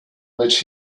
which